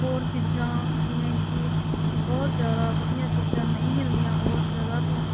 ਹੋਰ ਚੀਜ਼ਾਂ ਜਿਵੇਂ ਕਿ ਬਹੁਤ ਜ਼ਿਆਦਾ ਵਧੀਆ ਚੀਜ਼ਾਂ ਨਹੀਂ ਮਿਲਦੀਆਂ ਹੋਰ ਜਗ੍ਹਾ ਤੋਂ